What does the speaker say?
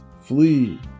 flee